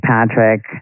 Patrick